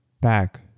back